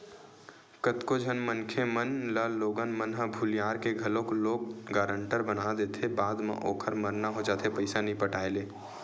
कतको झन मनखे मन ल लोगन मन ह भुलियार के घलोक लोन गारेंटर बना देथे बाद म ओखर मरना हो जाथे पइसा नइ पटाय ले